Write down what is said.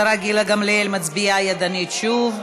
השרה גילה גמליאל מצביעה ידנית שוב.